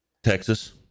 Texas